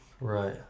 Right